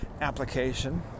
application